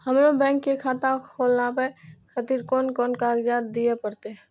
हमरो बैंक के खाता खोलाबे खातिर कोन कोन कागजात दीये परतें?